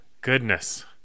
Goodness